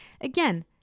again